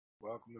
Welcome